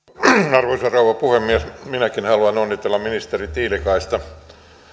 arvoisa rouva puhemies minäkin haluan onnitella ministeri tiilikaista